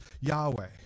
Yahweh